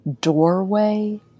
doorway